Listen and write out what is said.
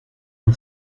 par